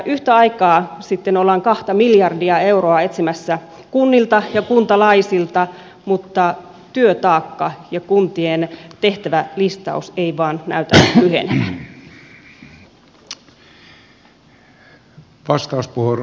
yhtä aikaa sitten ollaan kahta miljardia euroa etsimässä kunnilta ja kuntalaisilta mutta työtaakka ja kuntien tehtävälistaus ei vain näytä lyhenevän